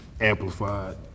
Amplified